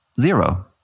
zero